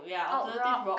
alt rock